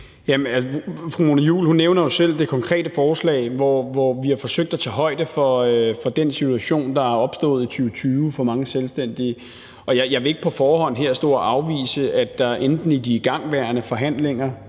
Fru Mona Juul nævner jo selv det konkrete forslag, hvor vi har forsøgt at tage højde for den situation, der i 2020 er opstået for mange selvstændige. Jeg vil ikke på forhånd stå her og afvise, at der enten i de igangværende forhandlinger